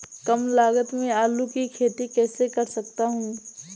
कम लागत में आलू की खेती कैसे कर सकता हूँ?